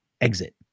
exit